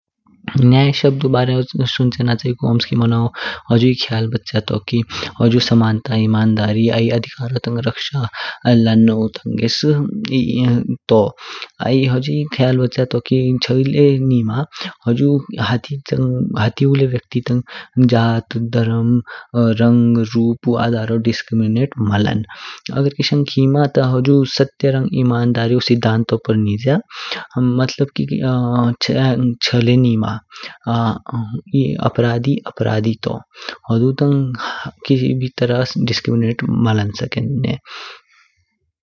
न्याय शब्दु बारे सुनचहन च्यिकु ओम्सकी मोनाओ हुजुई ख्याल बछ्य तो कि ह्जु समनता, इमानधारी, आइ अधिकारो तांग रक्शा लानो तांगेस तो। आइ हुजुई ख्याल बछ्य तो कि छ् लय निम हाटी व्यक्ति तांग जात, धर्म, रंग, रूपु आधारो डिस्क्रिमिनेट माँ लान। अगर किशंग खिमा हुजु स्तय रंग इमानधारिउ सिद्धांतो नज्या। मतलब कि ए अपराधी अपराधी तो हुडु तांग डिस्क्रिमिनेट माँ लान सकेते।